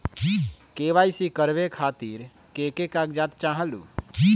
KYC करवे खातीर के के कागजात चाहलु?